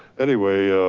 anyway,